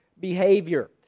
behavior